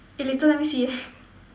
eh later let me see eh